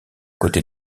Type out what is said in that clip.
côté